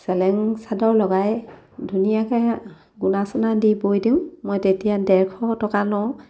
চেলেং চাদৰ লগাই ধুনীয়াকৈ গুণা চোনা দি বৈ দিওঁ মই তেতিয়া ডেৰশ টকা লওঁ